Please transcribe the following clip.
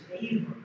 favor